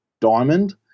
diamond